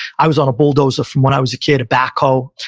i was on a bulldozer from when i was a kid, a backhoe.